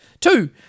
Two